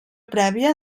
prèvia